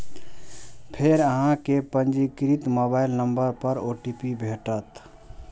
फेर अहां कें पंजीकृत मोबाइल नंबर पर ओ.टी.पी भेटत